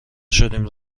شدیم